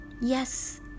Yes